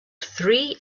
three